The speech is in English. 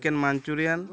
chicken manchurian